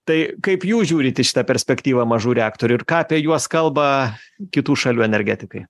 tai kaip jūs žiūrit į šitą perspektyvą mažų reaktorių ir ką apie juos kalba kitų šalių energetikai